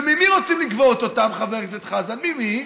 וממי רוצים לגבות אותם, חבר הכנסת חזן, ממי?